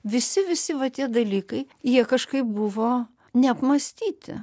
visi visi va tie dalykai jie kažkaip buvo neapmąstyti